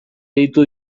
deitu